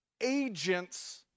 agents